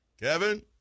Kevin